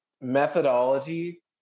methodology